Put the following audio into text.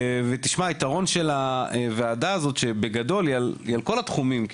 היתרון של הוועדה הזאת, שבגדול היא על כל התחומים.